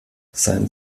sein